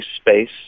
space